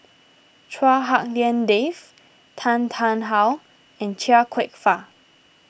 Chua Hak Lien Dave Tan Tarn How and Chia Kwek Fah